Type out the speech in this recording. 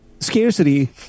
Scarcity